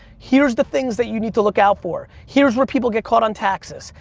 here's the things that you need to look out for. here's where people get caught on taxes.